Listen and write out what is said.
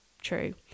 true